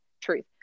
truth